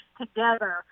together